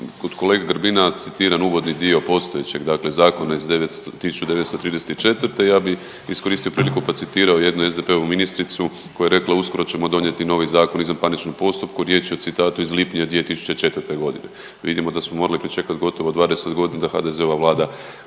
kod kolege Grbina citiran uvodni dio postojećeg dakle zakona iz 900, 1934., ja bih iskoristio priliku pa citirao jednu SDP-ovu ministricu koja je rekla, uskoro ćemo donijeti novi Zakon o izvanparničnom postupku, riječ je o citatu iz lipnja 2004. g. Vidimo da su morali pričekati gotovo 20 godina da HDZ-ova Vlada